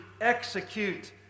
execute